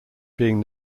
being